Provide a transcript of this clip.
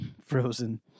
frozen